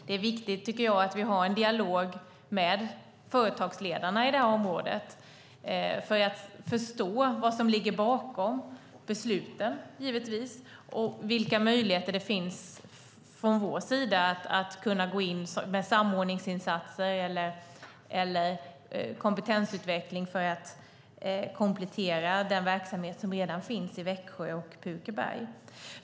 Det är viktigt, tycker jag, att vi har en dialog med företagsledarna i det här området för att förstå vad som ligger bakom besluten, givetvis, och vilka möjligheter det finns från vår sida att gå in med samordningsinsatser eller kompetensutveckling för att komplettera den verksamhet som redan finns i Växjö och Pukeberg.